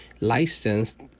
licensed